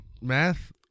math